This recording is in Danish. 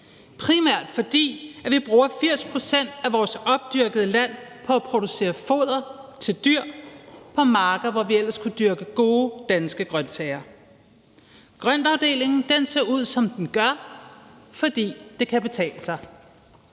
primært fordi vi bruger 80 pct. af vores opdyrkede land på at producere foder til dyr og på marker, hvor vi ellers kunne dyrke gode, danske grønsager. Grøntafdelingen ser ud, som den gør, fordi det kan betale sig.